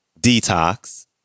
Detox